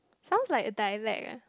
sounds like a dialect leh